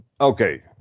okay